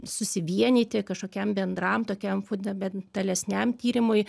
susivienyti kažkokiam bendram tokiam fundamentalesniam tyrimui